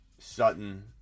Sutton